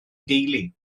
deulu